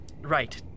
Right